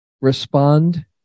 respond